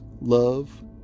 love